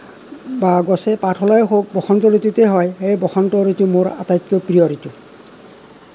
বা গছে পাত সলোৱাই হওক বসন্ত ঋতুতে হয় সেয়ে বসন্ত ঋতু মোৰ আটাইতকৈ প্ৰিয় ঋতু